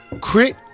Crit